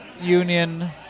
union